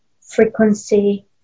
Frequency